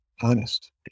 honest